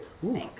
Thanks